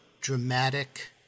dramatic